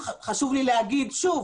חשוב לי לומר שוב